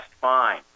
fine